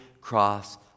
cross